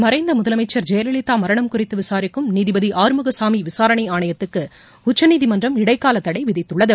மறைந்த முதலமைச்சர் ஜெயலலிதா மரணம் குறித்து விசாரிக்கும் நீதிபதி ஆறுமுகசாமி விசாரணை ஆணையத்துக்கு உச்சநீதிமன்றம் இடைக்கால தடை விதித்துள்ளது